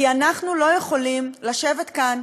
כי אנחנו לא יכולים לשבת כאן